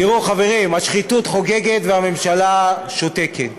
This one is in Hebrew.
תראו, חברים, השחיתות חוגגת והממשלה שותקת.